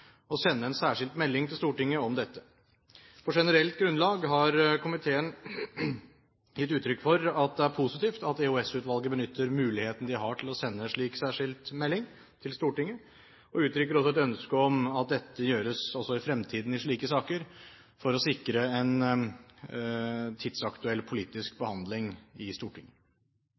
å sende en særskilt melding til Stortinget om dette. På generelt grunnlag har komiteen gitt uttrykk for at det er positivt at EOS-utvalget benytter muligheten de har til å sende slik særskilt melding til Stortinget, og uttrykker også et ønske om at dette gjøres også i fremtiden i slike saker for å sikre en tidsaktuell politisk behandling i Stortinget.